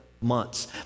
months